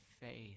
faith